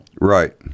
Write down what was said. right